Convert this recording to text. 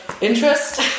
interest